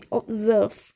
observe